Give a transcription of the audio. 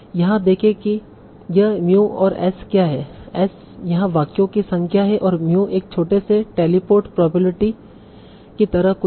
यहाँ देखे कि यह mu और S क्या है S यहाँ वाक्यों की संख्या है और mu एक छोटे से टेलीपोर्ट प्रोबेबिलिटी की तरह कुछ है